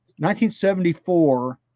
1974